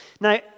Now